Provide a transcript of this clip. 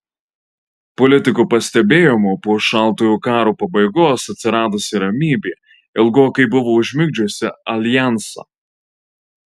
politiko pastebėjimu po šaltojo karo pabaigos atsiradusi ramybė ilgokai buvo užmigdžiusi aljansą